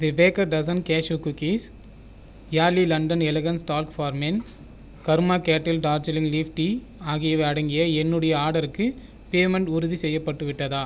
the baker's dozen cashew cookies Yardley London elegant talc for men Karma Kettle Darjeeling leaf tea ஆகியவை அடங்கிய என்னுடைய ஆர்டருக்கு payment உறுதிசெய்யப்பட்டு விட்டதா